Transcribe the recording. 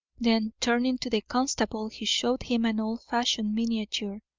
then, turning to the constable, he showed him an old-fashioned miniature,